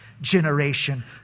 generation